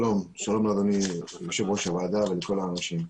שלום לאדוני יושב ראש הוועדה ולכל הנוכחים.